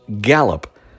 gallop